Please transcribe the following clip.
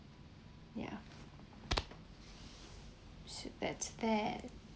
ya should that's that